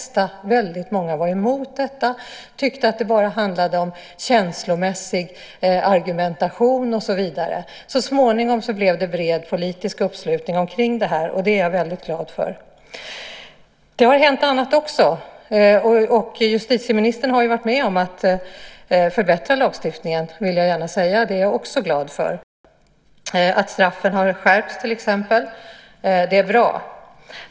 Väldigt många var emot detta och tyckte att det bara handlade om känslomässig argumentation och så vidare. Så småningom blev det en bred politisk uppslutning kring detta, och det är jag väldigt glad för. Det har hänt annat också. Justitieministern har ju varit med om att förbättra lagstiftningen. Det vill jag gärna säga. Det är jag också glad för. Straffen har till exempel skärpts. Det är bra.